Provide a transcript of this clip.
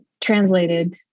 translated